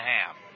half